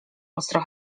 ostro